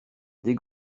des